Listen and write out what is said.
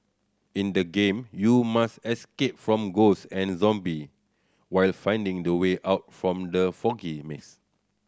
in the game you must escape from ghost and zombie while finding the way out from the foggy maze